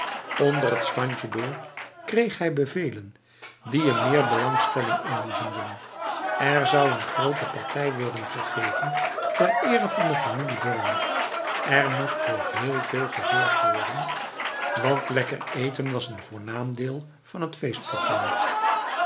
onder het standje door kreeg hij bevelen die hem meer belangstelling inboezemden er zou een grote partij worden gegeven ter ere van de familie borne er moest voor heel veel gezorgd worden want lekker eten was een voornaam deel van het